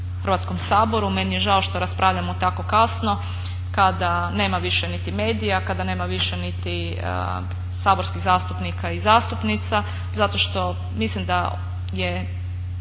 Hrvatskom saboru. Meni je žao što raspravljamo tako kasno kada nema više niti medija, kada nema više niti saborskih zastupnika i zastupnica zato što mislim da je